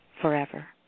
forever